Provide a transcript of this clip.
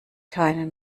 keine